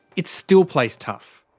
it still plays tough.